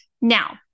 Now